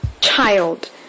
child